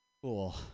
Cool